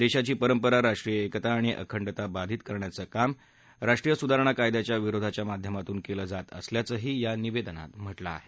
देशाची परंपरा राष्ट्रीय एकता आणि अखंडता बाधित करण्याचं काम नागरिकत्व सुधारणा कायद्याच्या विरोधाच्या माध्यमातून केलं जात असल्याचंही निवेदनात म्हात्रिं आहे